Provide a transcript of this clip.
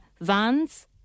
Vans